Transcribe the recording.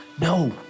No